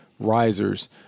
risers